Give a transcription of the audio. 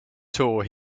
tour